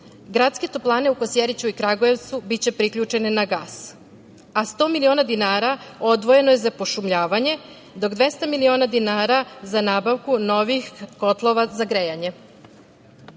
Gradske toplane u Kosjeriću i Kragujevcu biće priključene na gas, a 100.000.000 dinara odvojeno je za pošumljavanje, dok 200.000.000 dinara za nabavku novih kotlova za grejanje.